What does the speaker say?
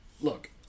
Look